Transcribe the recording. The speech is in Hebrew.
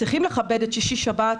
צריכים לכבד את שישי-שבת.